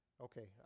Okay